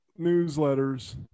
newsletters